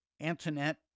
Antoinette